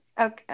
Okay